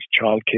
childcare